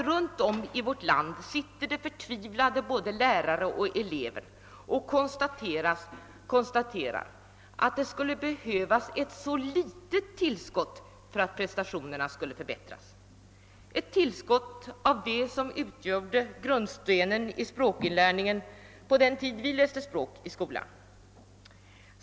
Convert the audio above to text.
Runt om i vårt land sitter det nämligen förtvivlade lärare och elever som konstaterar, att det skulle behövas ett så litet tillskott för att prestationerna skulle förbättras, nämligen ett tillskott av det som utgjorde grundstenen i språkinlärningen på den tid när vi läste språk i skolan.